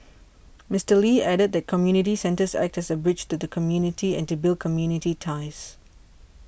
Mister Lee added that community centres act as a bridge to the community and to build community ties